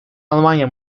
almanya